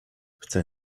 chcę